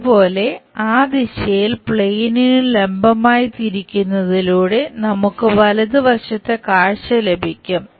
അതുപോലെ ആ ദിശയിൽ പ്ലെയിനിനു ലംബമായി ലഭിക്കും